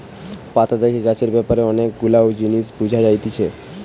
পাতা দেখে গাছের ব্যাপারে অনেক গুলা জিনিস বুঝা যাতিছে